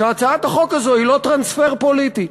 שהצעת החוק הזו היא לא טרנספר פוליטי.